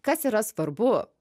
kas yra svarbu